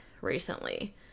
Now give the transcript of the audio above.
recently